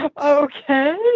Okay